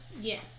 Yes